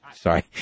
Sorry